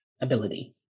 ability